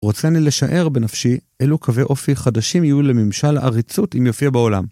רוצה אני לשער בנפשי אלו קווי אופי חדשים יהיו לממשל העריצות עם יופיע בעולם.